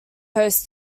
hosts